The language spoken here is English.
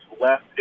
Left